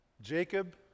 Jacob